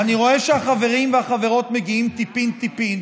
אני רואה שהחברים והחברות מגיעים טיפין-טיפין.